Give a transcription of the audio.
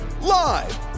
live